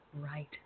right